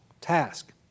task